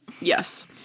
Yes